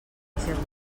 notícies